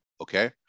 okay